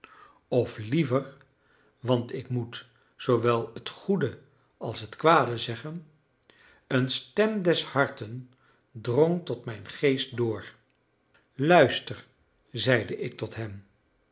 of liever want ik moet zoowel het goede als het kwade zeggen een stem des harten drong tot mijn geest door luister zeide ik tot hen